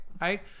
Right